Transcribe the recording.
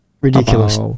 Ridiculous